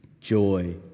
joy